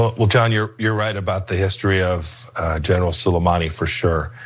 well, john, you're you're right about the history of general soleimani for sure.